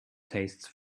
tastes